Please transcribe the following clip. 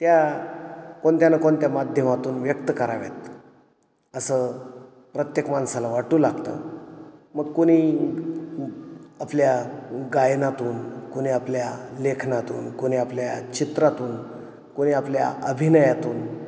त्या कोणत्या न कोणत्या माध्यमातून व्यक्त कराव्यात असं प्रत्येक माणसाला वाटू लागतं मग कोणी आपल्या गायनातून कोणी आपल्या लेखनातून कोणी आपल्या चित्रातून कोणी आपल्या अभिनयाातून